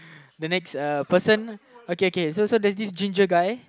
the next uh person okay okay so so there's the ginger guy